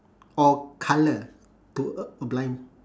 or colour to a blind